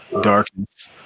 darkness